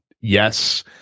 yes